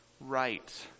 right